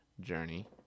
journey